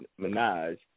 Minaj